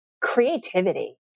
creativity